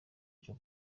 cyo